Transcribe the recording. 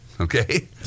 Okay